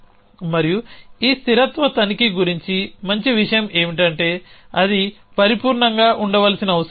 మరియు ఈ స్థిరత్వ తనిఖీ గురించి మంచి విషయం ఏమిటంటే అది పరిపూర్ణంగా ఉండవలసిన అవసరం లేదు